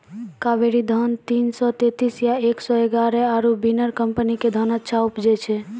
कावेरी धान तीन सौ तेंतीस या एक सौ एगारह आरु बिनर कम्पनी के धान अच्छा उपजै छै?